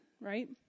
right